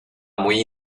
muy